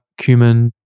cumin